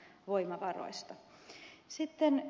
sitten ed